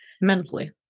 Mentally